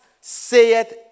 saith